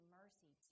mercy